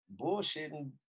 bullshitting